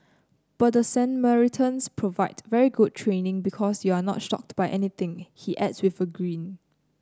but the Samaritans provided very good training because you're not shocked by anything he adds with a grin